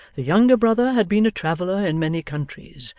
the younger brother had been a traveller in many countries,